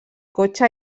cotxe